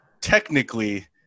technically